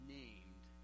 named